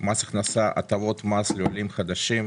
מס הכנסה (הטבות מס לעולים חדשים),